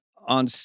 on